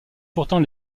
pourtant